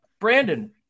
Brandon